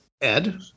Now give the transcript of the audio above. Ed